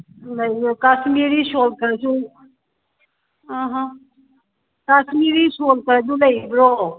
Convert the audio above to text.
ꯀꯥꯁꯃꯤꯔꯤ ꯁꯣꯜꯒꯁꯨ ꯑꯍ ꯀꯥꯁꯃꯤꯔꯤ ꯁꯣꯜꯗꯕꯨ ꯂꯩꯕ꯭ꯔꯣ